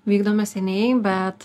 vykdome seniai bet